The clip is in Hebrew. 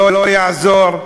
לא יעזור.